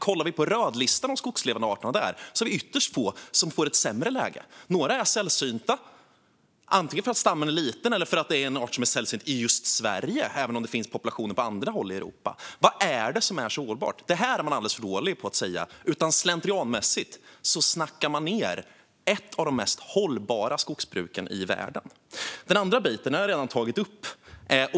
Kollar vi på rödlistade skogslevande arter är det ytterst få som får ett sämre läge. Några är sällsynta antingen för att stammen är liten eller för att det är en art som är sällsynt just i Sverige, även om det finns populationer på andra håll i Europa. Vad är det som är så ohållbart? Detta är man alldeles för dålig på att tala om. I stället snackar man slentrianmässigt ned ett av de mest hållbara skogsbruken i världen. Den andra delen har jag redan tagit upp.